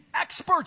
experts